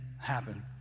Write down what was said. happen